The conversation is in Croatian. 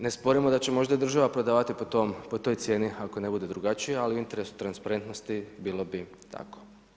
Nesporimo da će možda i država prodavati po toj cijeni ako ne bude drugačije, ali u interesu trasparentnosti bilo bi tako.